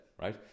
right